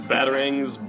Batarangs